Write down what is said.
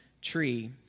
tree